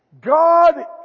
God